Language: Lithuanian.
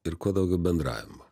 ir kuo daugiau bendravimo